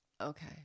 Okay